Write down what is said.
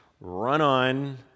run-on